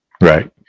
Right